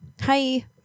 Hi